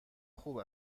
خوب